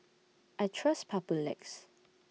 I Trust Papulex